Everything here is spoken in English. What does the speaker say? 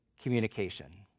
communication